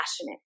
passionate